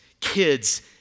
Kids